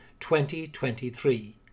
2023